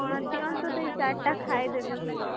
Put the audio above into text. କ'ଣ ଦିଅନ୍ତୁ ଦୁଇ ଚାରିଟା ଖାଇଦେବି ମୁୁଁ ଆଉ